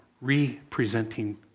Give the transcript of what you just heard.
representing